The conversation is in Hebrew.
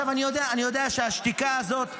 אני יודע שהשתיקה הזאת,